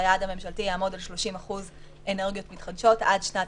שהיעד הממשלתי יעמוד על 30% אנרגיות מתחדשות עד שנת